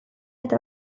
eta